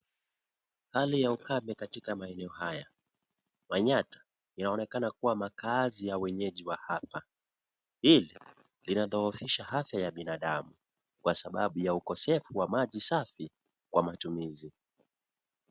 Hali ya ukame katika maeneo haya. Manyata inaonekana kuwa makaazi ya wenyeji wa hapa . Hili linadhoofisha afya ya binadamu kwa sababu ya ukosefu wa maji safi kwa maatumizi.